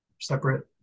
separate